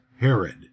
Herod